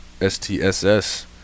STSS